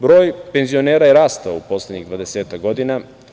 Broj penzionera je rastao u poslednjih dvadesetak godina.